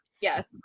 Yes